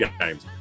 games